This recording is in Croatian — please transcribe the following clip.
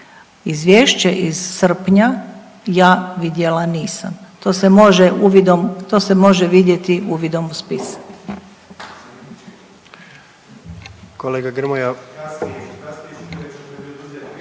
Izvješće iz srpnja ja vidjela nisam. To se može uvidom, to se